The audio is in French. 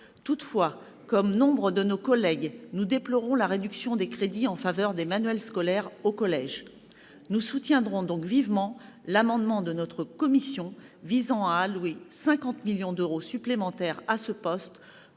Toutefois, comme nombre de nos collègues, nous déplorons la réduction des crédits en faveur des manuels scolaires au collège. Nous soutiendrons donc vivement l'amendement de notre commission visant à allouer 50 millions d'euros supplémentaires à ce poste,